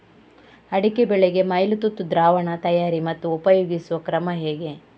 ಅಡಿಕೆ ಬೆಳೆಗೆ ಮೈಲುತುತ್ತು ದ್ರಾವಣ ತಯಾರಿ ಮತ್ತು ಉಪಯೋಗಿಸುವ ಕ್ರಮ ಹೇಗೆ?